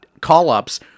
call-ups